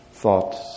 Thoughts